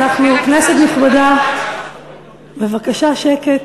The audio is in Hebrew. אנחנו, כנסת נכבדה, בבקשה, שקט.